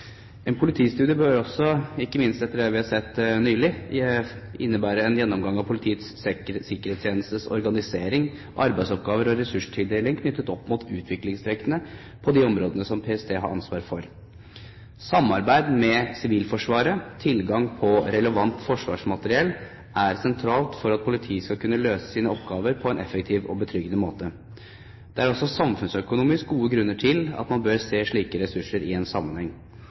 En politistudie bør også, ikke minst etter det vi har sett nylig, innebære en gjennomgang av Politiets sikkerhetstjenestes organisering, arbeidsoppgaver og ressurstildeling knyttet opp mot utviklingstrekkene på de områdene som PST har ansvar for. Samarbeid med Sivilforsvaret og tilgang til relevant forsvarsmateriell er sentralt for at politiet skal kunne løse sine oppgaver på en effektiv og betryggende måte. Det er også samfunnsøkonomisk gode grunner til at man bør se slike ressurser i en sammenheng.